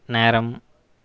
நேரம்